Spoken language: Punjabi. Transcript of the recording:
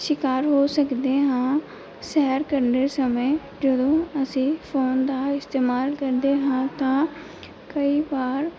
ਸ਼ਿਕਾਰ ਹੋ ਸਕਦੇ ਹਾਂ ਸੈਰ ਕਰਦੇ ਸਮੇਂ ਜਦੋਂ ਅਸੀਂ ਫੋਨ ਦਾ ਇਸਤੇਮਾਲ ਕਰਦੇ ਹਾਂ ਤਾਂ ਕਈ ਵਾਰ